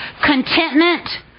Contentment